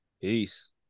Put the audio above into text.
Peace